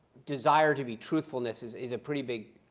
desire to be truthfulness is is a pretty big